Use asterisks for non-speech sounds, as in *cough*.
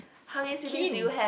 *breath* keen